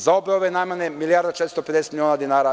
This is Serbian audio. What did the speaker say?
Za obe ove namene potrebno je milijardu i 450 miliona dinara.